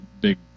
big